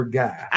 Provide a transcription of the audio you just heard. guy